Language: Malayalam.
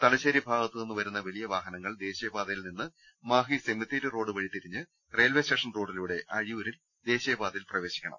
തലശ്ശേരി ഭാഗത്തുനിന്നും വരുന്ന വലിയ വാഹനങ്ങൾ ദേശീയ പാതയിൽ നിന്ന് മാഹി സെമിത്തേരി റോഡ് വഴി തിരിഞ്ഞ് റെയിൽവേ സ്റ്റേഷൻ റോഡി ലൂടെ അഴിയൂരിൽ ദേശീയപാതയിൽ പ്രവേശിക്കണം